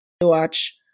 watch